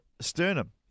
sternum